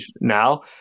now